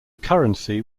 currency